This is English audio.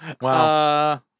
Wow